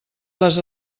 les